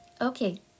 Okay